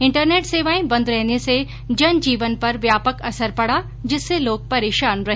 internet सेवायें बंद रहने से जनजीवन पर व्यापक असर पड़ा जिससे लोग परेशान रहे